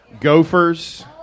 gophers